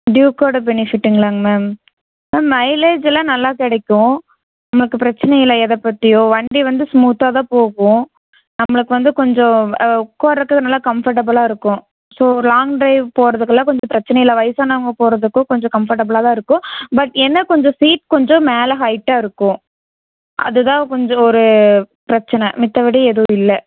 டியூக்கோடய பெனிஃபிட்டுங்களாங்க ma'am ma'am mileage எல்லாம் நல்லா கிடைக்கும் நமக்கு பிரச்சினை இல்லை எதை பற்றியும் வண்டி வந்து ஸ்மூத்தாக தான் போகும் நம்மளுக்கு வந்து கொஞ்சம் உட்கார்றதுக்கு நல்ல கம்ஃபர்ட்டபுளாக இருக்கும் ஸோ ஒரு லாங் டிரைவ் போகிறதுக்குலாம் கொஞ்சம் பிரச்சின இல்லை வயதானவங்க போகிறதுக்கும் கொஞ்சம் கம்ஃபர்ட்டபுளாக தான் இருக்கும் பட் என்ன கொஞ்சம் சீட் கொஞ்சம் மேலே ஹைட்டாக இருக்கும் அது தான் கொஞ்சம் ஒரு பிரச்சின மற்ற படி எதுவும் இல்லை